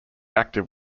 active